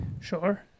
Sure